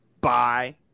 Bye